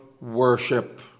worship